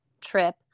trip